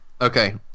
okay